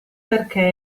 perché